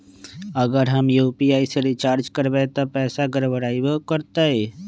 अगर हम यू.पी.आई से रिचार्ज करबै त पैसा गड़बड़ाई वो करतई?